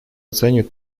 оценивает